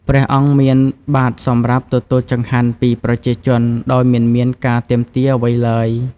ព្រះអង្គមានបាត្រសម្រាប់ទទួលចង្ហាន់ពីប្រជាជនដោយមិនមានការទាមទារអ្វីឡើយ។